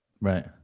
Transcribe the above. Right